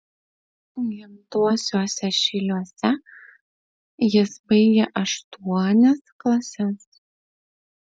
gimtuosiuose šyliuose jis baigė aštuonias klases